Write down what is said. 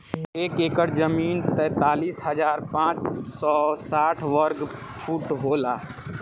एक एकड़ जमीन तैंतालीस हजार पांच सौ साठ वर्ग फुट होला